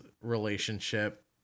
relationship